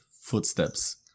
footsteps